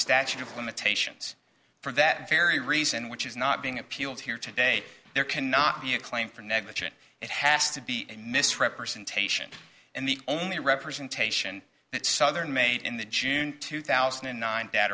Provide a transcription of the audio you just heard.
statute of limitations for that very reason which is not being appealed here today there cannot be a claim for negligence it has to be a misrepresentation and the only representation that southern made in the june two thousand and nine